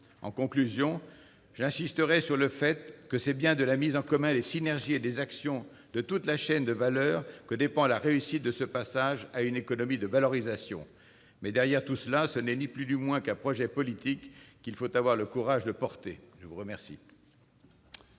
En conclusion, j'insisterai sur le fait que c'est bien de la mise en commun des synergies et des actions de toute la chaîne de valeur que dépend la réussite de ce passage à une économie de valorisation. Au fond, il s'agit ni plus ni moins d'un projet politique qu'il faut avoir le courage de porter. La discussion